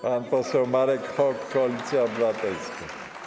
Pan poseł Marek Hok, Koalicja Obywatelska.